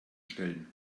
stellen